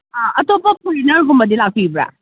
ꯑꯥ ꯑꯇꯣꯞꯄ ꯐꯣꯔꯦꯟꯅꯔꯒꯨꯝꯕꯗꯤ ꯂꯥꯛꯄꯤꯕ꯭ꯔꯥ